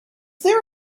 there